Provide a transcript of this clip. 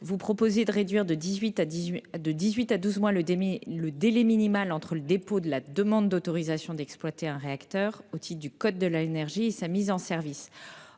Vous proposez de réduire de dix-huit à douze mois le délai minimal entre le dépôt de la demande d'autorisation d'exploiter un réacteur, au titre du code de l'énergie, et sa mise en service.